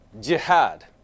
jihad